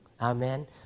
Amen